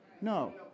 No